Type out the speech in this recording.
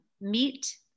meet